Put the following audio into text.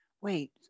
Wait